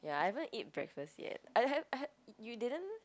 ya I haven't eat breakfast yet I you didn't